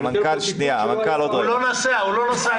הוא לא נסע איתך.